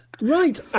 Right